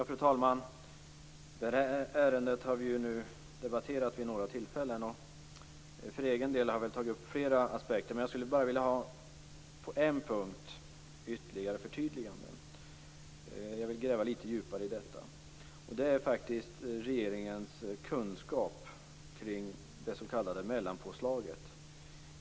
Fru talman! Det här ärendet har vi debatterat vid några tillfällen nu, och för egen del har jag tagit upp flera aspekter. Jag skulle bara vilja ha ytterligare förtydliganden på en punkt. Jag vill gräva litet djupare i detta. Det gäller regeringens kunskap kring det s.k. mellanpåslaget.